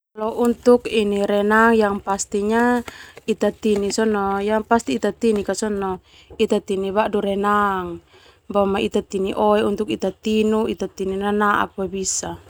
Kalo untuk ini renang pasti ita tini badu renang ita tini oe untuk ita tinu ita tini nanaak boe bisa.